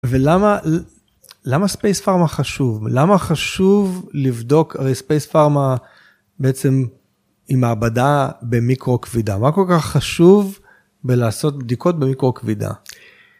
ולמה למה ספייס פארמה חשוב למה חשוב לבדוק ספייס פארמה בעצם עם מעבדה במיקרו כבידה מה כל כך חשוב בלעשות בדיקות במיקרו כבידה.